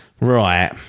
right